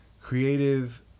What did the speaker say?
creative